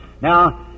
Now